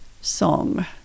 song